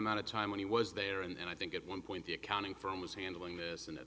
amount of time when he was there and i think at one point the accounting firm was handling this and